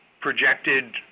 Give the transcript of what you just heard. projected